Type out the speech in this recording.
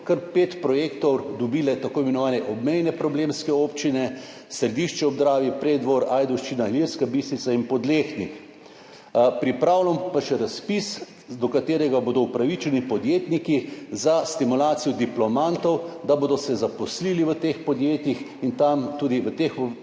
pet projektov dobile tako imenovane obmejne problemske občine – Središče ob Dravi, Preddvor, Ajdovščina, Ilirska Bistrica in Podlehnik. Pripravljamo pa še razpis, do katerega bodo upravičeni podjetniki za stimulacijo diplomantov, da se bodo zaposlili v teh podjetjih in v teh podjetjih